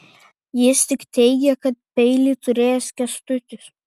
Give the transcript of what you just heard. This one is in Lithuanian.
jis tik teigė kad peilį turėjęs kęstutis